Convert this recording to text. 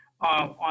on